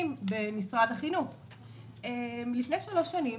לפני שלוש שנים